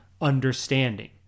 understanding